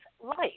life